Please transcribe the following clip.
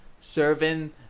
serving